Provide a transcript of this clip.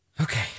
okay